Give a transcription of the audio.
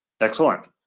Excellent